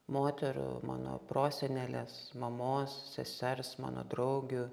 moterų mano prosenelės mamos sesers mano draugių